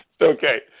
Okay